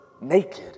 naked